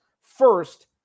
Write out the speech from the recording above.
First